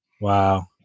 wow